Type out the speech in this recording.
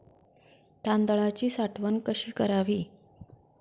तांदळाची साठवण कशी करावी?